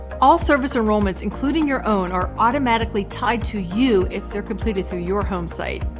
all service enrollments including your own are automatically tied to you if they're completed through your home site.